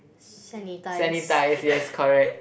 sanitize